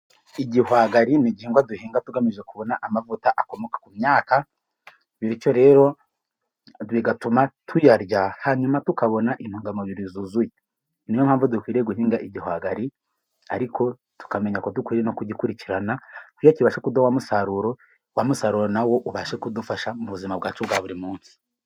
Igihwagari ni igihingwa duhinga tugamije kubona amavuta akomoka ku myaka. Bityo rero bigatuma tuyarya hanyuma tukabona intungamubiri zuzuye. Ni yo mpamvu dukwiriye guhinga igihwagari, ariko tukamenya ko dukwiye no kugikurikirana kugira ngo kibashe kuduha umusaruro, wa musaruro na wo ubashe kudufasha mu buzima bwacu bwa buri munsi.